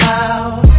out